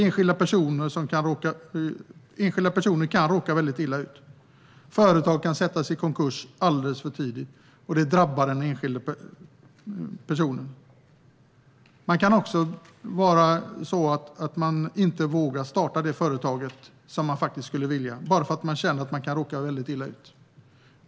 Enskilda personer kan råka väldigt illa ut. Företag kan sättas i konkurs alldeles för tidigt, och det drabbar den enskilda personen. Det kan också vara så att man inte vågar starta det företag man skulle vilja starta bara för att man känner att man kan råka väldigt illa ut.